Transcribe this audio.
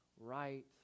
right